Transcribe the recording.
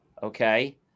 Okay